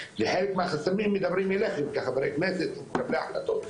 וחלק מהחסמים מדברים אליכם חברי הכנסת מקבלי ההחלטות,